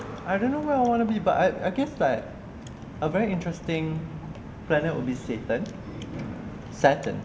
I don't know where wanna be but I I guess like a very interesting planet will be satan saturn